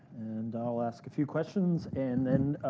and i'll ask a few questions, and then